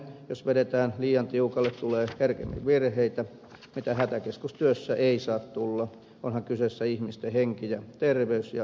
jos vedetään liian tiukalle tulee herkemmin virheitä mitä hätäkeskustyössä ei saa tulla onhan kyseessä ihmisten henki ja terveys ja muu turvallisuus